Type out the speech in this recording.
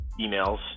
Emails